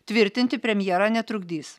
tvirtinti premjerą netrukdys